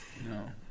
no